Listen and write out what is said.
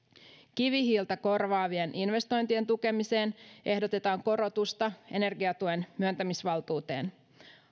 kivihiiltä korvaavien investointien tukemiseksi ehdotetaan korotusta energiatuen myöntämisvaltuuteen